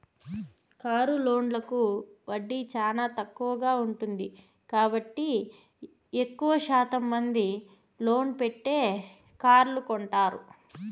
car లోన్లకు వడ్డీ చానా తక్కువగా ఉంటుంది కాబట్టి ఎక్కువ శాతం మంది లోన్ పెట్టే కార్లు కొంటారు